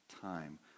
time